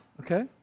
okay